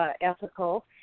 ethical